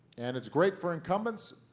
and it's great for incumbents.